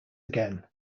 again